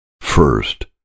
first